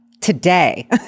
today